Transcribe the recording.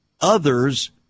others